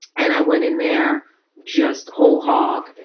and i went in there just whole hog.